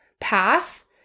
path